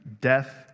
death